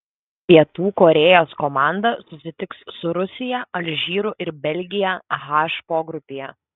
pietų korėjos komanda susitiks su rusija alžyru ir belgija h pogrupyje